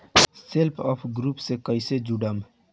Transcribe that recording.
Self help group से कइसे जुड़म?